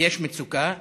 ויש מצוקה,